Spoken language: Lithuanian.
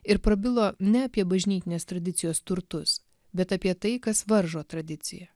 ir prabilo ne apie bažnytinės tradicijos turtus bet apie tai kas varžo tradicija